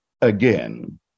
again